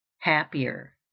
happier